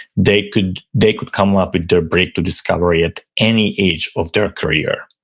they could they could come up with their break to discovery at any age of their career.